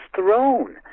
throne